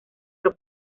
por